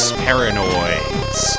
paranoids